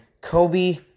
Kobe